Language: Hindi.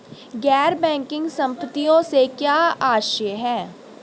गैर बैंकिंग संपत्तियों से क्या आशय है?